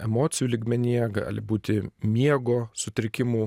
emocijų lygmenyje gali būti miego sutrikimų